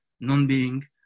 non-being